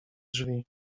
drzwi